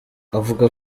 avuga